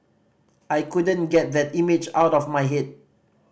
I couldn't get that image out of my head